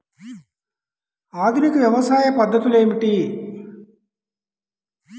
ఆధునిక వ్యవసాయ పద్ధతులు ఏమిటి?